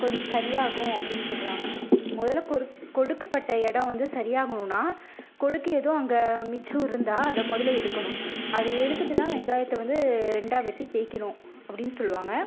கொஞ்சம் சரியாகும் அப்படின்னு சொல்கிறாங்க முதல்ல கொருக் கொடுக்குப் பட்ட இடம் வந்து சரியாகணும்னா கொடுக்கு எதுவும் அங்கே மிச்சம் இருந்தால் அதை முதல்ல எடுக்கணும் அதை எடுத்துட்டு தான் வெங்காயத்தை வந்து ரெண்டாக வெட்டித் தேய்க்கணும் அப்படின்னு சொல்வாங்க